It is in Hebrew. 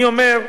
אני אומר,